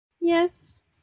Yes